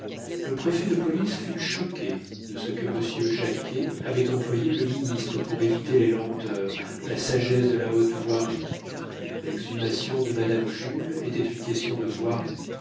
le préfet de police fut choqué de ce que monsieur jacquet avait employé le ministre pour éviter les lenteurs la sagesse de la haute voirie l'exhumation de madame jules était une question de voirie